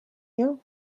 you